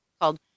called